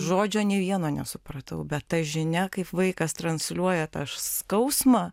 žodžio nei vieno nesupratau bet ta žinia kaip vaikas transliuoja tą skausmą